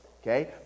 okay